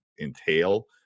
entail